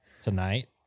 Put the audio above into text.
tonight